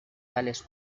tales